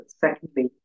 secondly